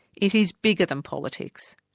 it is bigger than politics,